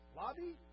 lobby